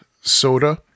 Soda